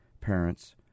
parents